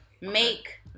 Make